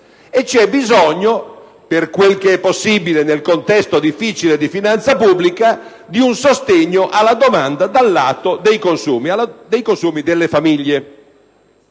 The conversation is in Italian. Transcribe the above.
E c'è bisogno - sempre per quel che è possibile nel difficile contesto di finanza pubblica - di un sostegno alla domanda dal lato dei consumi delle famiglie.